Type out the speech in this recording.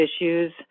issues